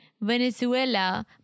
Venezuela